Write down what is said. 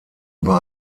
über